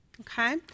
okay